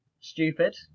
stupid